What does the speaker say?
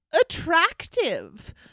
attractive